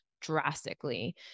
drastically